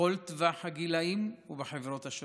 בכל טווח הגילים ובחברות השונות.